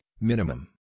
Minimum